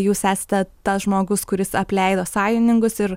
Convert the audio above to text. jūs esate tas žmogus kuris apleido sąjungininkus ir